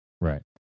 Right